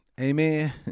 Amen